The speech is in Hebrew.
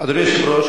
אדוני היושב-ראש,